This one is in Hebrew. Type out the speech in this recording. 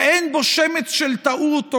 שאין בו שמץ של טעות,